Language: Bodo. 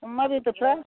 अमा बेदरफ्रा